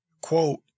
quote